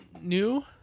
new